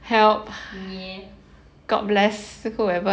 ya